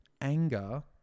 anger